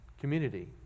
community